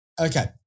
Okay